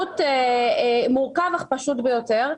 מורכב אך פשוט ביותר.